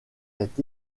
est